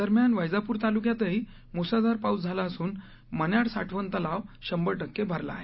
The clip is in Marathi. दरम्यान वैजापूर तालुक्यातही मुसळधार पाउस झाला असून मन्याड साठवण तलाव शंभर टक्के भरला आहे